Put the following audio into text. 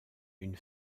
une